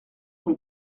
rue